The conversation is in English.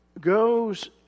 goes